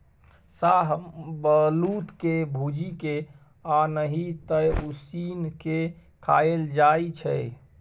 शाहबलुत के भूजि केँ आ नहि तए उसीन के खाएल जाइ छै